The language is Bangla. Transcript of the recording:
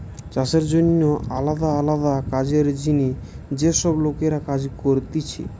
চাষের জন্যে আলদা আলদা কাজের জিনে যে সব লোকরা কাজ করতিছে